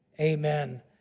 amen